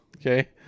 Okay